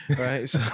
right